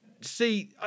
see